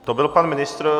To byl pan ministr.